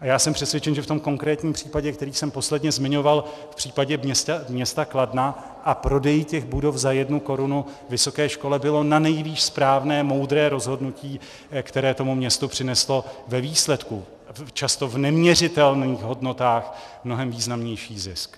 A já jsem přesvědčen, že v tom konkrétním případě, který jsem posledně zmiňoval, v případě města Kladna a prodeje těch budov za jednu korunu vysoké škole bylo nanejvýš správné, moudré rozhodnutí, které tomu městu přineslo ve výsledku, často v neměřitelných hodnotách, mnohem významnější zisk.